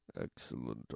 Excellent